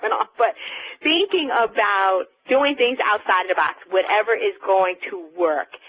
but um but thinking about doing things outside of the box, whatever is going to work,